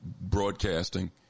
broadcasting